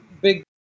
big